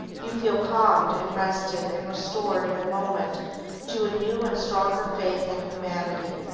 you feel calmed and rested and restored in a moment to a new and stronger faith in humanity.